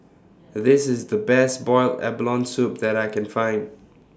This IS The Best boiled abalone Soup that I Can Find